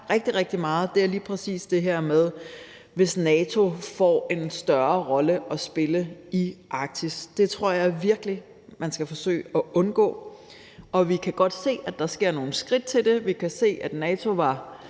rigtig, rigtig meget, er lige præcis det her med, hvis NATO får en større rolle at spille i Arktis. Det tror jeg virkelig man skal forsøge at undgå. Og vi kan godt se, at der sker nogle skridt i den retning, og vi kan se, at NATO var